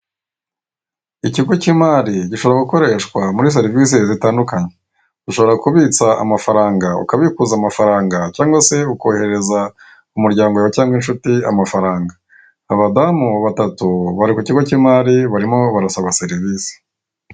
Ikigo cy'imari gishoraho gukoreshwa muri serivise zitandukanye. Ushobora kubitsa amafaranga, ukabikuza amafaranga, cyangwa se ukoherereza umuryango wawe cyangwa inshuti amafaranga. Abadamu batatu bari ku kigo cy'imari, barimo barasaba serivise.